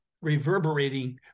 reverberating